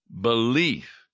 belief